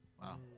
Wow